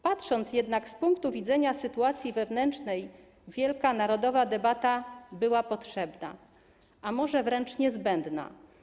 Patrząc jednak z punktu widzenia sytuacji wewnętrznej, wielka narodowa debata była potrzebna, a może wręcz niezbędna.